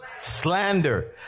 Slander